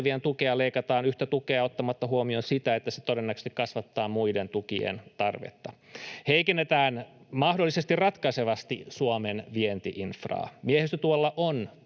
tukea, leikataan yhtä tukea ottamatta huomioon sitä, että se todennäköisesti kasvattaa muiden tukien tarvetta. Heikennetään mahdollisesti ratkaisevasti Suomen vienti-infraa. Miehistötuella on